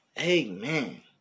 Amen